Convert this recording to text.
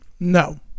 No